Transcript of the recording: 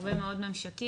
הרבה מאוד ממשקים.